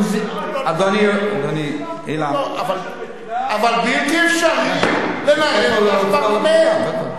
אבל בלתי אפשרי לנהל,